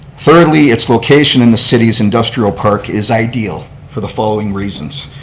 thirdly, it's location in the city's industrial park is ideal for the following reasons,